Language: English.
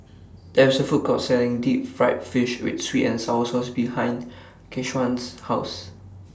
There IS A Food Court Selling Deep Fried Fish with Sweet and Sour Sauce behind Keshawn's House